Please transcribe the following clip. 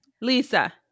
Lisa